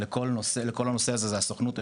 לכל הנושא הזה זה הסוכנות היהודית,